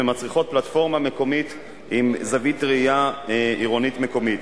ומצריכים פלטפורמה מקומית עם זווית ראייה עירונית מקומית.